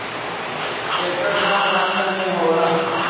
एकर दाम लाखन में होला